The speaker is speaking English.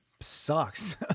sucks